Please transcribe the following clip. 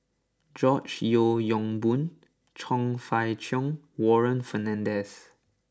George Yeo Yong Boon Chong Fah Cheong Warren Fernandez